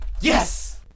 Yes